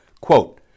quote